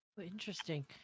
Interesting